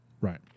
Right